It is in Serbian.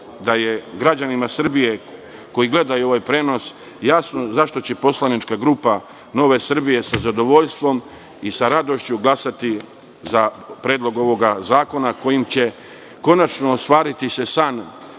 da je građanima Srbije koji gledaju ovaj prenos jasno zašto će poslanička grupa Nove Srbije sa zadovoljstvom i sa radošću glasati za predlog ovog zakona, kojim će se konačno ostvariti san